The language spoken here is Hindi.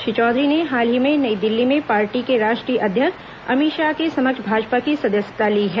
श्री चौधरी ने हाल ही में नई दिल्ली में पार्टी के राष्ट्रीय अध्यक्ष अमित शाह के समक्ष भाजपा की सदस्यता ली है